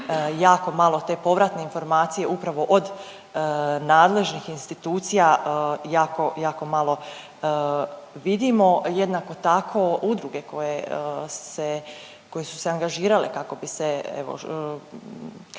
jako malo te povratne informacije upravo od nadležnih institucija, jako, jako malo vidimo. Jednako tako udruge koje se, koje su se angažirale kako bi se